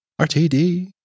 RTD